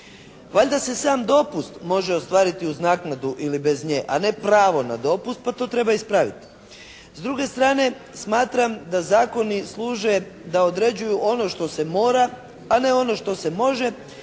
Valjda se sam dopust može ostvariti uz naknadu ili bez nje a ne pravo na dopust pa to treba ispraviti. S druge strane, smatram da zakoni služe da određuju ono što se mora a ne ono što se može